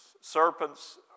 Serpents